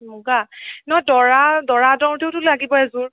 মুগা নহয় দৰা দৰা আদৰোতেওতো লাগিব এযোৰ